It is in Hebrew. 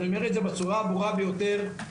אני אומר בצורה הברורה ביותר.